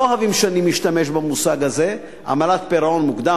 הבנקים לא אוהבים שאני משתמש במושג "עמלת פירעון מוקדם",